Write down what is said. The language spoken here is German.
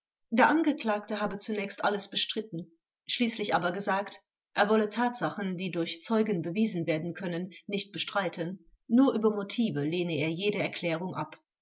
der angeklagte habe zunächst alles bestritten schließlich aber gesagt er wolle tatsachen die durch zeugen bewiesen werden können nicht bestreiten nur über motive lehne er jede erklärung ab